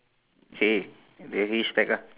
but